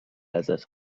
ازت